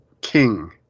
king